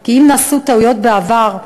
כי אם נעשו טעויות בעבר,